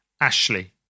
Ashley